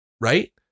Right